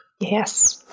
Yes